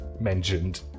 mentioned